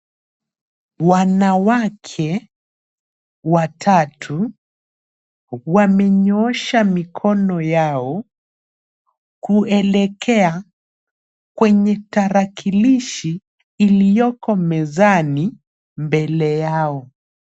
Wanawake watatu wamenyoosha mikono yao kuelekea kwenye tarakilishi iliyoko mezani mbele yao.